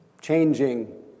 changing